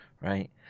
right